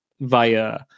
via